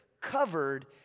covered